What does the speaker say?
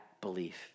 belief